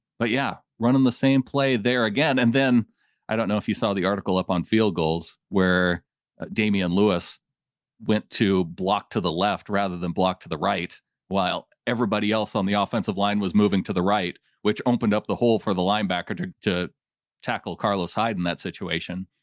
but yeah, running the same, play there again. and then i don't know if you saw the article up on field goals where damian lewis went to block to the left rather than block to the right while everybody else on the offensive line was moving to the right, which opened up the hole for the linebacker to to tackle carlos hyde in that situation.